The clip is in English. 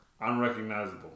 Unrecognizable